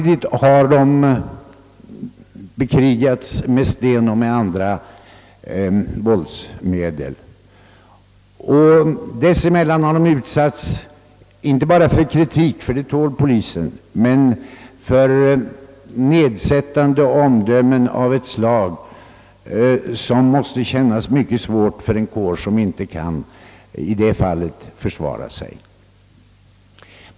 De har också bekrigats med sten och andra våldsmedel och dessemellan utsatts inte bara för kritik, för det tål polisen, utan för nedsättande omdömen av ett slag som måste kännas mycket sårande för en kår som i det fallet inte kan försvara sig.